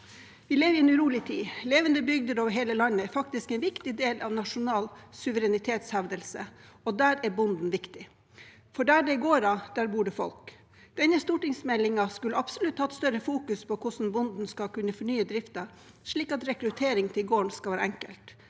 Vi lever i en urolig tid. Levende bygder over hele landet er faktisk en viktig del av nasjonal suverenitetshevdelse, og der er bonden viktig. For der det er gårder, der bor det folk. Denne stortingsmeldingen skulle absolutt fokusert mer på hvordan bonden skal kunne fornye drif ten slik at rekruttering til gården skal være enkelt.